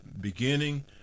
beginning